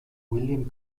william